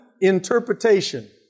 interpretation